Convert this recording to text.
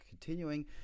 continuing